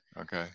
Okay